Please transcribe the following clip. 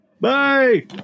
Bye